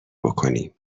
بکنیم